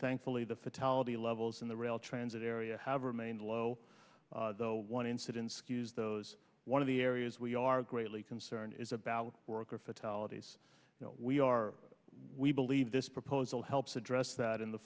thankfully the fatality levels in the rail transit area have remained low though one incidence cues those one of the areas we are greatly concerned is about worker fatalities we are we believe this proposal helps address that in the